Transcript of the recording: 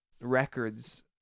records